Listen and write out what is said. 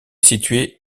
situé